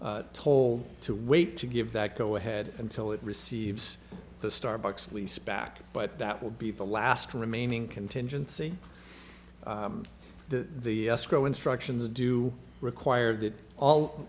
toll to wait to give that go ahead until it receives the starbucks lease back but that will be the last remaining contingency that the instructions do require that all